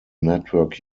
network